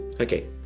Okay